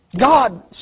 God